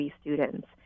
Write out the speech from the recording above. students